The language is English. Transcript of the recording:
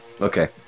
Okay